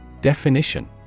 Definition